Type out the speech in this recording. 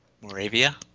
Moravia